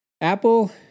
Apple